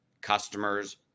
customers